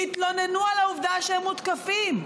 יתלוננו על העובדה שהם מותקפים,